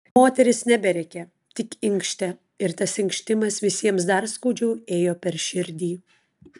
moteris neberėkė tik inkštė ir tas inkštimas visiems dar skaudžiau ėjo per širdį